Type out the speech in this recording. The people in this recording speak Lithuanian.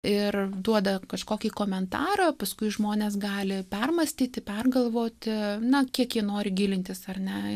ir duoda kažkokį komentarą paskui žmonės gali permąstyti pergalvoti na kiek jie nori gilintis ar ne